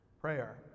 Prayer